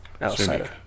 outside